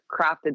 crafted